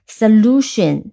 solution 、